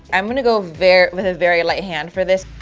i'm gonna go very with a very light hand for this.